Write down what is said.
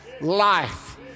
life